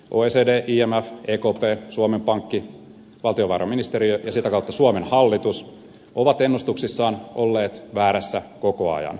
oecd imf ekp suomen pankki valtiovarainministeriö ja sitä kautta suomen hallitus ovat ennustuksissaan olleet väärässä koko ajan